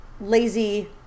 lazy